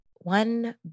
one